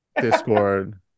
discord